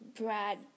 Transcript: Brad